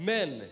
Men